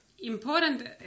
important